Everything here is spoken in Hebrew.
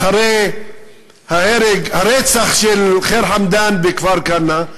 אחרי הרצח של ח'יר חמדאן בכפר-כנא,